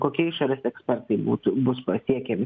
kokie išorės ekspertai būtų bus pasiekiami